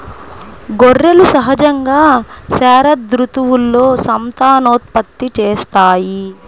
గొర్రెలు సహజంగా శరదృతువులో సంతానోత్పత్తి చేస్తాయి